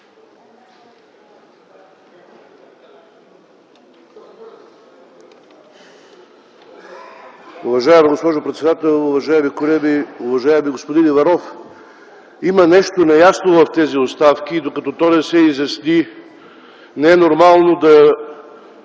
Уважаема госпожо председател, уважаеми колеги! Уважаеми господин Иванов, има нещо неясно в тези оставки. Докато то не се изясни, не е нормално